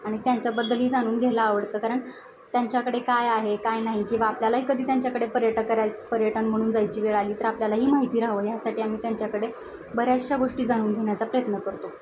आणि त्यांच्या बद्दलही जाणून घ्यायला आवडतं कारण त्यांच्याकडे काय आहे काय नाही किंवा आपल्यालाही कधी त्यांच्याकडे पर्यटक करायचं पर्यटन म्हणून जायची वेळ आली तर आपल्याला ही माहिती राहवं यासाठी आम्ही त्यांच्याकडे बऱ्याचशा गोष्टी जाणून घेण्याचा प्रयत्न करतो